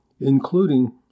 including